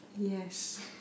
Yes